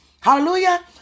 hallelujah